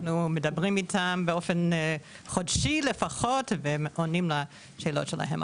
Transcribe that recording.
אנחנו מדברים איתם באופן חודשי לפחות ועונים לשאלות שלהם.